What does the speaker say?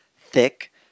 thick